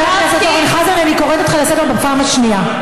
חבר הכנסת חזן, אני קוראת אותך לסדר בפעם השנייה.